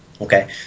okay